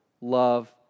love